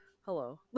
Hello